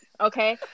okay